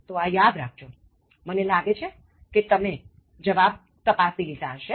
તોઆ યાદ રાખજોમને લાગે છે તમે જવાબ તપાસી લીધા હશે